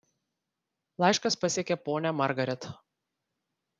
laiškas pasiekė ponią margaret